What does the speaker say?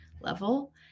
level